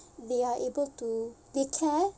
they are able to they care